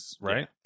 Right